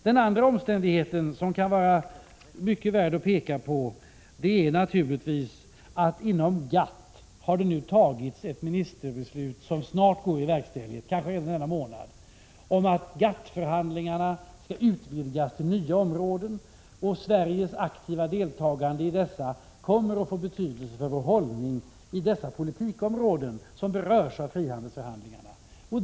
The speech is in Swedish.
Den andra omständigheten som kan vara mycket värd att peka på är naturligtvis att det inom GATT nu har fattats ett ministerbeslut som snart går i verkställighet, kanske redan denna månad, om att GATT-förhandlingarna skall utvidgas till nya områden. Sveriges aktiva deltagande i dessa förhandlingar kommer att få betydelse för landets hållning på dessa politikområden, som berörs av frihandelsförhandlingarna.